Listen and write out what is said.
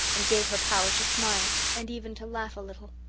and gave her power to smile and even to laugh a little.